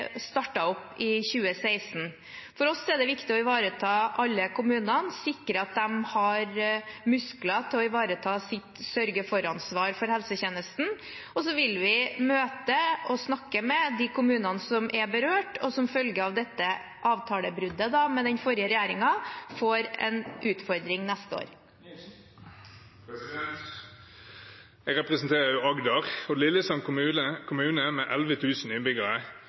opp i 2016. For oss er det viktig å ivareta alle kommunene, sikre at de har muskler til å ivareta sitt sørge-for-ansvar for helsetjenesten. Så vil vi møte og snakke med de kommunene som er berørt, og som, som følge av dette avtalebruddet med den forrige regjeringen, får en utfordring neste år. Jeg representerer Agder. Lillesand kommune med 11 000 innbyggere